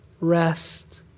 rest